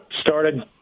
started